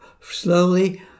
slowly